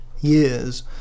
years